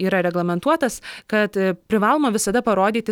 yra reglamentuotas kad privaloma visada parodyti